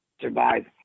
survive